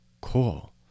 Cool